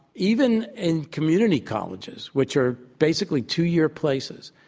even in community colleges, which are basically two-year places,